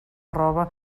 roba